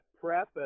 prep